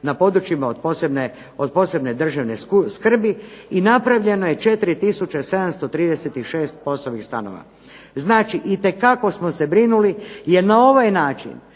na područjima od posebne državne skrbi i napravljeno je 4736 POS-ovih stanova. Znači, itekako smo se brinuli, jer na ovaj način